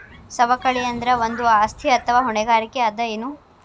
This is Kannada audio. ಸವಕಳಿ ಅಂದ್ರ ಒಂದು ಆಸ್ತಿ ಅಥವಾ ಹೊಣೆಗಾರಿಕೆ ಅದ ಎನು?